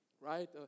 Right